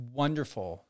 wonderful